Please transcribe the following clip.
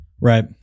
Right